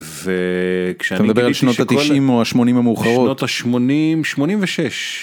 זה כשאני מדבר על שנות התשעים או השמונים המאוחרות השמונים שמונים ושש.